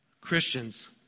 Christians